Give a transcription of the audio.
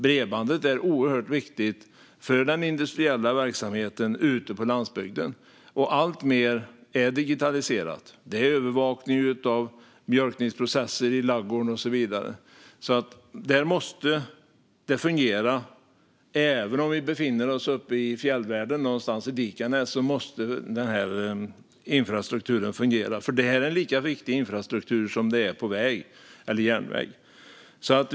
Bredbandet är oerhört viktigt för den industriella verksamheten ute på landsbygden. Och alltmer är digitaliserat. Det är övervakning av mjölkningsprocesser i ladugården och så vidare. Även om vi befinner oss uppe i Dikanäs i fjällvärlden måste den infrastrukturen fungera. Det är en lika viktig infrastruktur som den på väg eller järnväg.